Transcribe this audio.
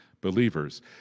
believers